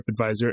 TripAdvisor